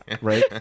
right